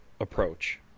approach